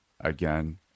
again